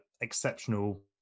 exceptional